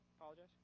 Apologize